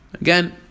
again